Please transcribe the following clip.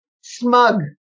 smug